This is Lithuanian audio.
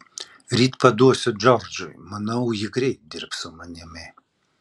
ryt paduosiu džordžui manau ji greit dirbs su manimi